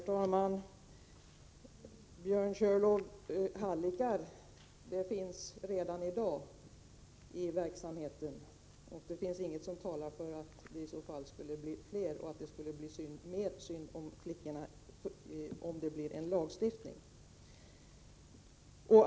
Herr talman! Hallickar finns redan i dag i verksamheten, Björn Körlof. Inget talar för att de skulle bli fler eller att det skulle bli mer synd om flickorna om vi fick en lagstiftning.